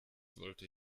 wollte